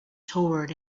toward